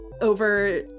over